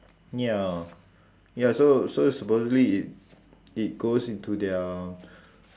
ya ya so so supposedly it it goes into their